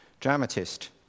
dramatist